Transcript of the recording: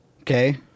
Okay